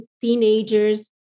teenagers